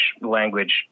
language